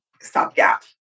stopgap